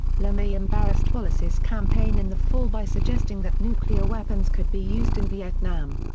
lemay embarrassed wallace's campaign in the fall by suggesting that nuclear weapons could be used in vietnam.